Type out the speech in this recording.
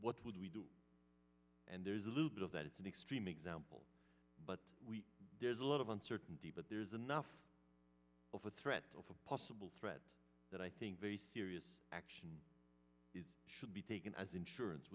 what would we do and there's a little bit of that it's an extreme example but we did a lot of uncertainty but there's enough of a threat of a possible threat that i think the serious action should be taken as insurance